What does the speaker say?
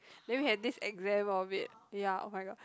then we had this exam of it ya oh-my-god